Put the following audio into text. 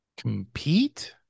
Compete